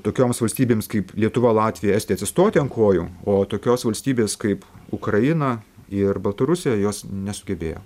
tokioms valstybėms kaip lietuva latvija estija atsistoti ant kojų o tokios valstybės kaip ukraina ir baltarusija jos nesugebėjo